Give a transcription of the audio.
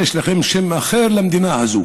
יש לכם שם אחר למדינה הזאת.